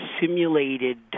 simulated